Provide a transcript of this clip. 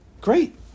Great